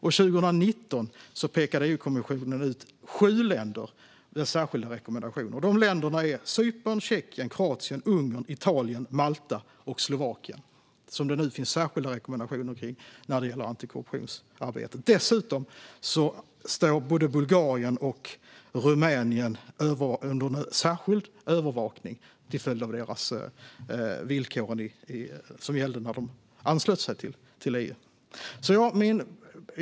År 2019 har EU-kommissionen pekat ut sju länder genom särskilda rekommendationer, och de länderna är Cypern, Tjeckien, Kroatien, Ungern, Italien, Malta och Slovakien. Dessa länder finns det alltså särskilda rekommendationer till när det gäller antikorruptionsarbete. Dessutom står både Bulgarien och Rumänien under särskild övervakning till följd av de villkor som gällde för dem när de anslöt sig till EU.